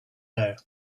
know